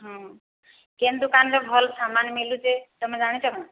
ହୁଁ କେନ ଦୁକାନରେ ଭଲ ସାମାନ ମିଲୁଛେ ତମେ ଜାଣିଛ ନା